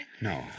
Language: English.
No